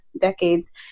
decades